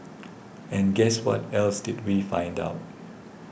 and guess what else did we find out